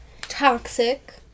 toxic